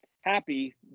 happy